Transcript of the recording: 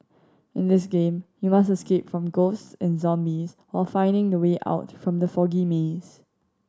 in this game you must escape from ghost and zombies while finding the way out from the foggy maze